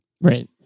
Right